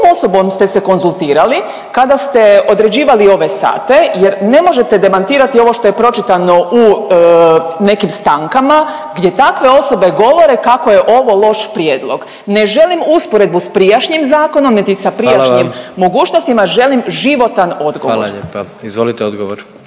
osobom ste se konzultirali kada ste odrađivali ove sate jer ne možete demantirati ovo što je pročitano u nekim stankama gdje takve osobe govore kako je ovo loš prijedlog. Ne želim usporedbu s prijašnjim zakonom, niti sa prijašnjim…/Upadica predsjednik: Hvala vam/…mogućnostima, želim životan odgovor.